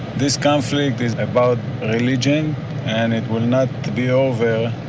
this conflict is about religion and it will not be over,